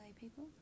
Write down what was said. people